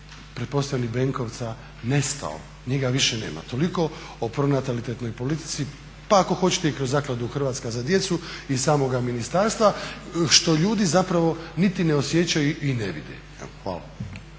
pretpostavljam i Benkovca nestao, njega više nema. Toliko o pronatalitetnoj politici, pa ako hoćete i kroz zakladu "Hrvatska za djecu" iz samoga ministarstva što ljudi zapravo niti ne osjećaju i ne vide. Hvala.